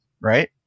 right